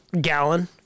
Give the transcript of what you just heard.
gallon